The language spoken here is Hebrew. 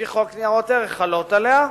לפי חוק ניירות ערך חלות עליה,